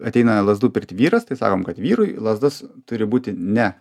ateina lazdų pirkt vyras tai sakom kad vyrui lazdos turi būti ne